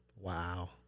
Wow